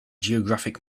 geographic